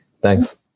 thanks